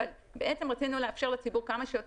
אבל בעצם רצינו לאפשר לציבור מגוון כמה שיותר